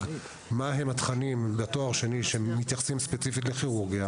מהם התכנים בתואר שני שמתייחסים ספציפית לכירורגיה